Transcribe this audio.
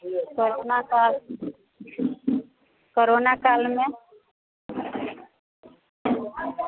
corona काल corona कालमे